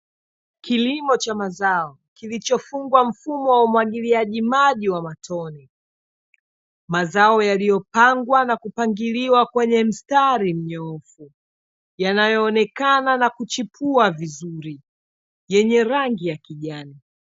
Kilimo cha mazao kilichofungwa mfumo wa umwagiliaji maji wa matone . Mazao yaliyopangwa na kupangiliwa kwenye mstari mnyoofu yanayoonekana na kuchipua vizuri yenye rangi ya kijani.